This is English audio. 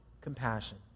compassion